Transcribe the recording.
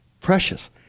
precious